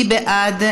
מי בעד?